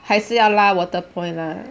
还是要拉 water point lah